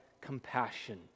compassion